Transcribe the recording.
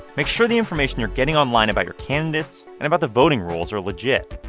make sure the information you're getting online about your candidates and about the voting rules are legit.